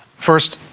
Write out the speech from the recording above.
first,